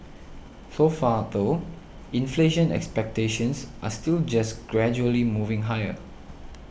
so far though inflation expectations are still just gradually moving higher